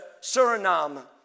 Suriname